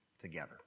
together